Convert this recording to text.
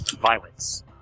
violence